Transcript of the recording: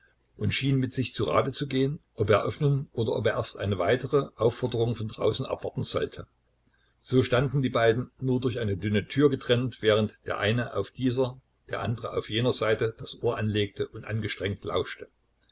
und schien mit sich zu rate zu gehen ob er öffnen oder ob er erst eine weitere aufforderung von draußen abwarten sollte so standen die beiden nur durch eine dünne tür getrennt während der eine auf dieser der andere auf jener seite das ohr anlegte und angestrengt lauschte